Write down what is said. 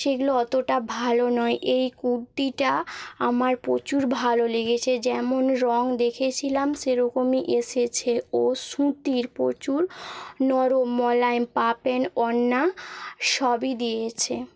সেগুলো অতটা ভালো নয় এই কুর্তিটা আমার প্রচুর ভালো লেগেছে যেমন রঙ দেখেছিলাম সেরকমই এসেছে ও সুতির প্রচুর নরম মোলায়েম পা প্যান্ট ওড়না সবই দিয়েছে